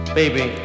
baby